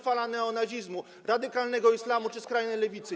fala neonazizmu, radykalnego islamu czy skrajnej lewicy?